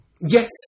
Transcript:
Yes